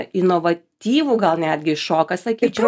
inovatyvų gal netgi šoką sakyčiau